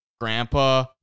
grandpa